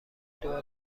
دعا